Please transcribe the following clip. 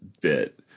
bit